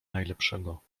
najlepszego